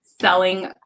selling